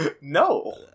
No